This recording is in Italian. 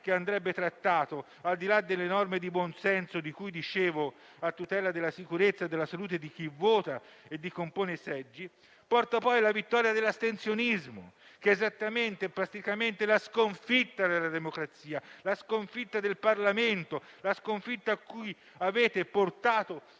che andrebbe trattato, al di là delle norme di buon senso, di cui parlavo, a tutela della sicurezza e della salute di chi vota e di chi compone i seggi - porta poi alla vittoria dell'astensionismo, che è esattamente e plasticamente la sconfitta della democrazia, la sconfitta del Parlamento, la sconfitta a cui avete portato